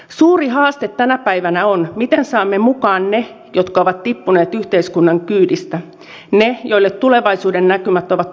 suuri haaste tänä päivänä on se miten saamme mukaan ne jotka ovat tippuneet yhteiskunnan kyydistä ne joille tulevaisuuden näkymät ovat toivottomat